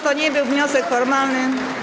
To nie był wniosek formalny.